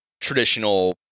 traditional